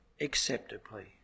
acceptably